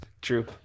True